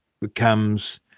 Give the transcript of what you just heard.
becomes